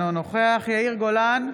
אינו נוכח יאיר גולן,